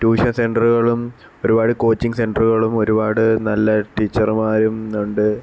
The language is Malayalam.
ട്യൂഷന് സെന്ററുകളും ഒരുപാട് കോച്ചിംഗ് സെന്ററുകളും ഒരുപാട് നല്ല ടീച്ചര്മാരും ഇന്ന് ഉണ്ട്